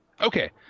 Okay